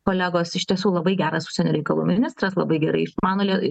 kolegos iš tiesų labai geras užsienio reikalų ministras labai gerai išmano